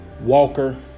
Walker